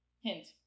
Hint